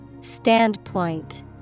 Standpoint